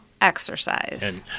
Exercise